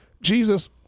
Jesus